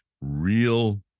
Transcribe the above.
real